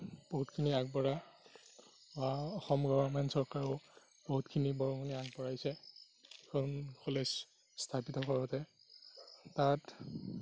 বহুতখিনি আগবঢ়া অসম গভৰ্ণমেণ্ট চৰকাৰেও বহুতখিনি বৰঙণি আগবঢ়াইছে সেইখন কলেজ স্থাপিত কৰোঁতে তাত